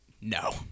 No